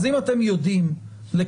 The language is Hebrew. אז אם אתם יודעים לקצר